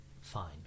fine